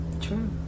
True